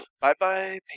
bye-bye